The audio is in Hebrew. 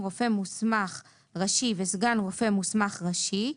רופא מוסמך ראשי וסגן רופא מוסמך ראשי,